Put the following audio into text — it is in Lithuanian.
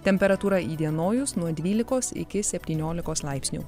temperatūra įdienojus nuo dvylikos iki septyniolikos laipsnių